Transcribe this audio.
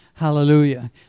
Hallelujah